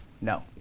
no